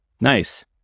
Nice